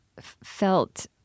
felt